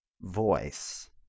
voice